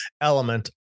element